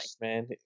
man